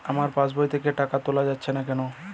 আমার পাসবই থেকে টাকা তোলা যাচ্ছে না কেনো?